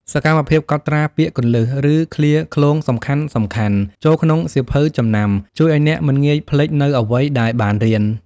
សកម្មភាពកត់ត្រាពាក្យគន្លឹះ ឬឃ្លាឃ្លោងសំខាន់ៗចូលក្នុងសៀវភៅចំណាំ ជួយឱ្យអ្នកមិនងាយភ្លេចនូវអ្វីដែលបានរៀន។